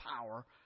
power